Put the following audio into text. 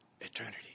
eternity